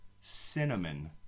cinnamon